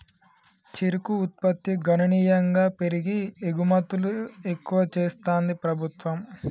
చెరుకు ఉత్పత్తి గణనీయంగా పెరిగి ఎగుమతులు ఎక్కువ చెస్తాంది ప్రభుత్వం